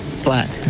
flat